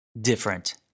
different